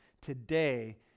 today